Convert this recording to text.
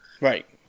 Right